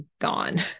gone